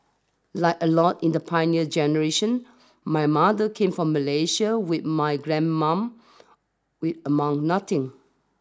like a lot in the pioneer generation my mother came from Malaysia with my grandmum with among nothing